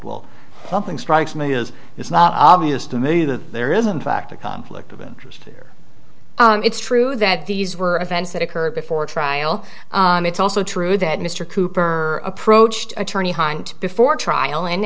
well something strikes me is it's not obvious to me that there isn't fact a conflict of interest there it's true that these were events that occurred before trial and it's also true that mr cooper approached attorney hunt before trial and